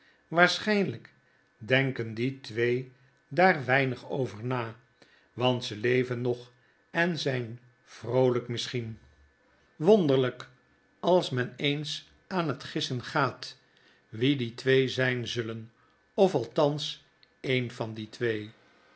die twee daar weinig over na want ze leven nog en zyn vroolyk misschien ihiittmfltfifctfmfainitfmitf een nacht in gezelschap van duedels ill wonderlyk als men eens aan het gissengaat wie die twee zyn zullen of althans e'en van die twee